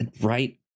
right